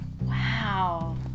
wow